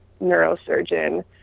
neurosurgeon